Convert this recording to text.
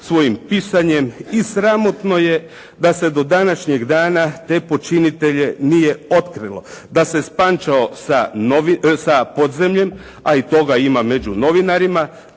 svojim pisanjem i sramotno je da se do današnjeg dana te počinitelje nije otkrilo. Da se spančao s podzemljem, a i toga ima među novinarima,